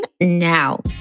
now